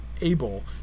able